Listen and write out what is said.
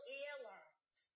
airlines